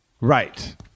Right